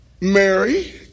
Mary